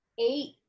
Eight